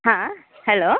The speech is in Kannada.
ಹಾಂ ಹಲೋ